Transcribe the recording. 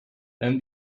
then